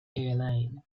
airline